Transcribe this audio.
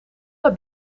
naar